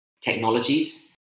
technologies